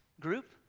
group